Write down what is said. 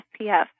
SPF